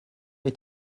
est